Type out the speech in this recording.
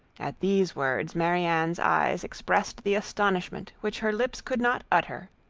at these words, marianne's eyes expressed the astonishment which her lips could not utter.